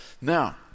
Now